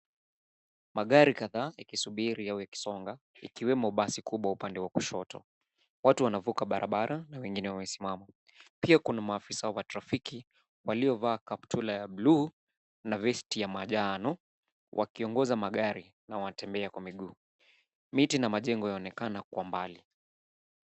Magari kadhaa ikisubiri au ikisonga ikiwemo basi kubwa upande wa kushoto. Watu wanavuka barabara na wengine wamesimama. Pia kuna maafisa wa trafiki waliovaa kaptula ya buluu na vesti ya majano wakiongoza magari na wanatembea kwa miguu. Miti na majengo yanaonekana kwa mbali.